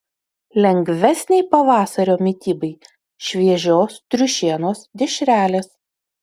lengvesnei pavasario mitybai šviežios triušienos dešrelės